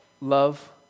love